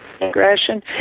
aggression